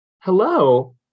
Hello